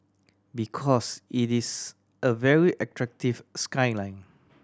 because it is a very attractive skyline